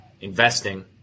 investing